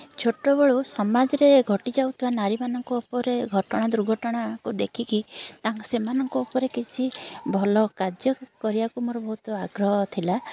ଛୋଟବେଳୁ ସମାଜରେ ଘଟି ଯାଉଥିବା ନାରୀମାନଙ୍କ ଉପରେ ଘଟଣା ଦୁର୍ଘଟଣାକୁ ଦେଖିକି ତାଙ୍କ ସେମାନଙ୍କ ଉପରେ କିଛି ଭଲ କାର୍ଯ୍ୟ କରିବାକୁ ମୋର ବହୁତ ଆଗ୍ରହ ଥିଲା